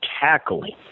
tackling